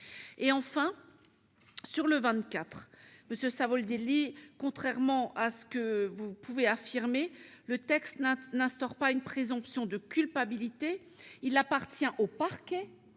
Enfin, monsieur Savoldelli, contrairement à ce que vous pouvez affirmer, le texte n'instaure pas une « présomption de culpabilité ». Il appartiendra au parquet